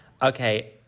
Okay